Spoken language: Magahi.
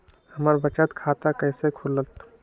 हमर बचत खाता कैसे खुलत?